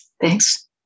Thanks